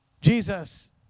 Jesus